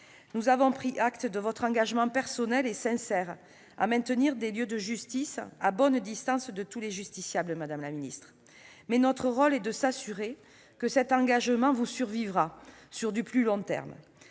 Nous avons pris acte de votre engagement personnel et sincère à maintenir des lieux de justice à bonne distance de tous les justiciables, madame la garde des sceaux. Mais notre rôle est de nous assurer que cet engagement vous survivra sur du plus long terme.